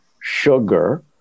sugar